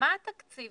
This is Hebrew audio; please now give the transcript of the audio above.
מה התקציב